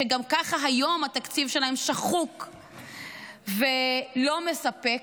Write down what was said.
שגם ככה היום התקציב שלהם שחוק ולא מספק,